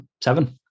seven